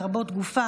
לרבות גופה,